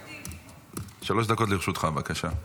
שלוש דקות לרשותך, בבקשה.